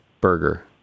burger